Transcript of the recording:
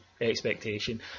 expectation